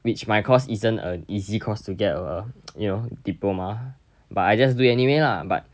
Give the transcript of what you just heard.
which my course isn't an easy course to get over you know diploma but I just do it anyway lah but